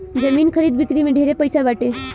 जमीन खरीद बिक्री में ढेरे पैसा बाटे